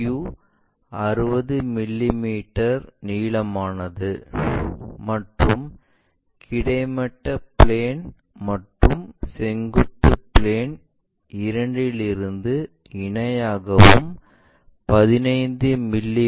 PQ 60 millimetre நீளமானது மற்றும் கிடைமட்ட பிளேன் மற்றும் செங்குத்து பிளேன் இரண்டிலிருந்தும் இணையாகவும் 15 மி